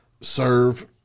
Serve